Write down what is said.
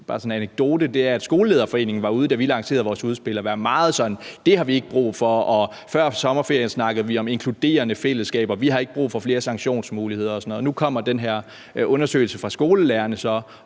– er, at Skolelederforeningen, da vi lancerede vores udspil, var ude at sige, at det har de ikke brug for. Før sommerferien snakkede de om inkluderende fællesskaber og om, at de ikke har brug for flere sanktionsmuligheder og sådan noget. Nu kommer den her undersøgelse fra skolelærerne,